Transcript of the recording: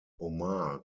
omar